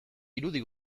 irudi